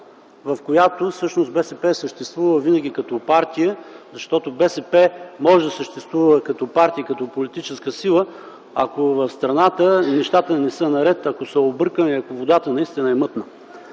винаги е съществувала като партия, защото БСП може да съществува като партия и като политическа сила, ако в страната нещата не са наред, ако са объркани и ако водата наистина е мътна.